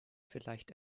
vielleicht